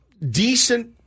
Decent